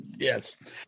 Yes